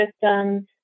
systems